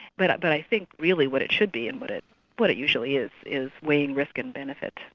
but i but i think really what it should be and what it what it usually is, is weighing risk and benefit.